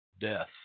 Death